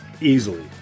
Easily